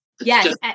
yes